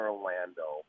Orlando